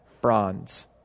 bronze